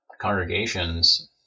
congregations